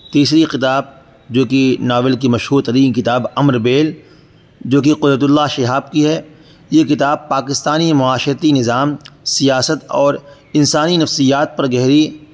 تیسری کتاب جو کہ ناول کی مشہور ترین کتاب امر بیل جو کہ قدرت اللہ شہاب کی ہے یہ کتاب پاکستانی معاشرتی نظام سیاست اور انسانی نفسیات پر گہری